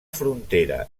frontera